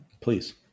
please